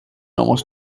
almost